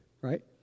Right